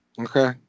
Okay